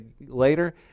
later